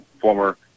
former